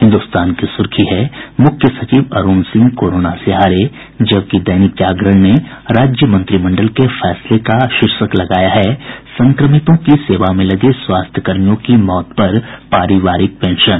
हिन्दुस्तान की सुर्खी है मुख्य सचिव अरूण सिंह कोरोना से हारे जबकि दैनिक जागरण ने राज्य मंत्रिमंडल के फैसले का शीर्षक लगाया है संक्रमितों की सेवा में लगे स्वास्थ्यकर्मियों की मौत पर पारिवारिक पेंशन